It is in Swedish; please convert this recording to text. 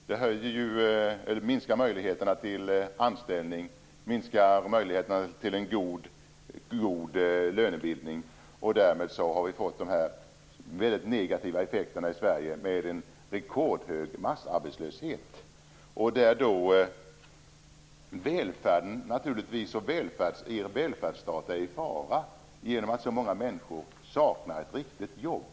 Det minskar möjligheterna till anställning, minskar möjligheterna till en god lönebildning, och därmed har vi fått dessa mycket negativa effekter i Sverige, med en rekordhög arbetslöshet. Er välfärdsstat är naturligtvis i fara genom att så många människor saknar ett riktigt jobb.